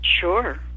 sure